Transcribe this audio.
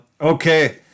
Okay